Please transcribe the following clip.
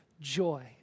joy